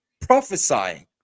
prophesying